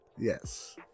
yes